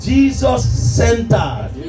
Jesus-centered